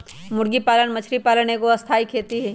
मुर्गी पालन मछरी पालन एगो स्थाई खेती हई